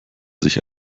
sich